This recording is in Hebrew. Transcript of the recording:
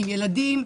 עם ילדים,